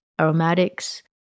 aromatics